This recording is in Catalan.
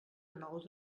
nou